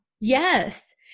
Yes